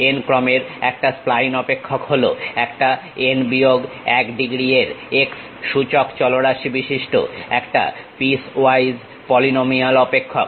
n ক্রমের একটা spline অপেক্ষক হল একটা n বিয়োগ 1 ডিগ্রী এর x সূচক চলরাশি বিশিষ্ট একটা পিসওয়াইজ পলিনোমিয়াল অপেক্ষক